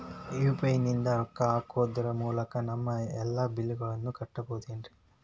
UPI ನಿಂದ ರೊಕ್ಕ ಹಾಕೋದರ ಮೂಲಕ ನಮ್ಮ ಎಲ್ಲ ಬಿಲ್ಲುಗಳನ್ನ ಕಟ್ಟಬಹುದೇನ್ರಿ?